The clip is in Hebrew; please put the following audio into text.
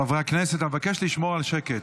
חברי הכנסת, אבקש לשמור על שקט.